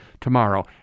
Tomorrow